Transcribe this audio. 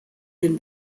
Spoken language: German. den